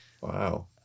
Wow